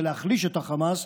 ולהחליש את החמאס,